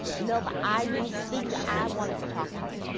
nobody. i didn't speak to. i wanted to talk to you.